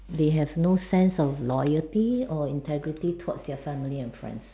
they have no sense of loyalty or integrity towards their family and friends